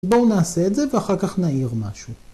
בואו נעשה את זה ואחר כך נעיר משהו.